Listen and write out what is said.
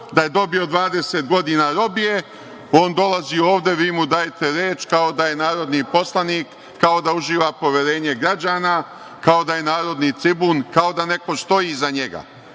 da je dobio 20 godina robije, on dolazi ovde, vi mu dajte reč ako da je narodni poslanik, kao da uživa poverenje građana, kao da je narodni tribun, kao da ne postoji za njega,